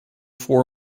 for